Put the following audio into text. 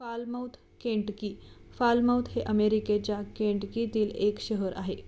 Falmouth Kentucky Falmouth हे अमेरिकेच्या केंटकीतील एक शहर आहे